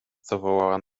zawołała